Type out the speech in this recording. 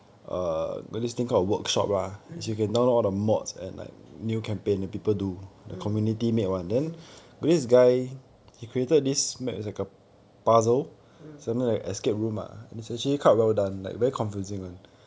mm mm mm mm